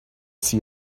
see